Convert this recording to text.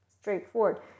straightforward